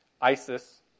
Isis